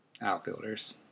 outfielders